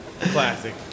Classic